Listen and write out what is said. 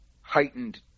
heightened